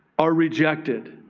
are rejected.